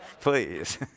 please